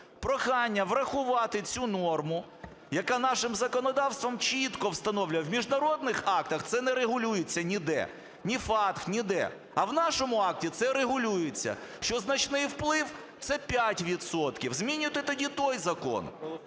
Прохання врахувати цю норму, яка нашим законодавством чітко встановлює. В міжнародних актах це не регулюється ніде, ні FATF, ніде. А в нашому акті це регулюється, що значний вплив – це 5 відсотків. Змінюйте тоді той закон